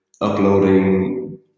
uploading